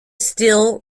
steel